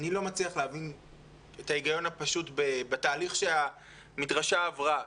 אני לא מצליח להבין את ההיגיון הפשוט בתהליך שהמדרשה עברה.